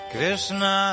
Krishna